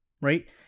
right